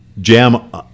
Jam